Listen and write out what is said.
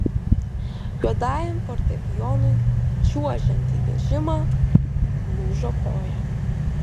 juodajam fortepijonui čiuožiant į vežimą lūžo koja